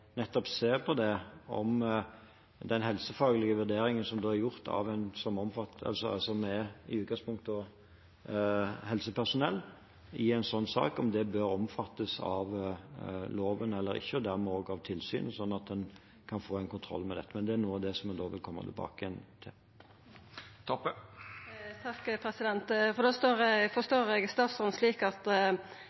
på om den helsefaglige vurderingen, som i utgangspunktet er gjort av helsepersonell i en slik sak, bør omfattes av loven eller ikke, og dermed også av tilsyn, slik at en kan få kontroll med dette. Men det er noe av det som vi vil komme tilbake til. Da forstår eg statsråden slik at dersom ein får ei vurdering om at